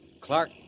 Clark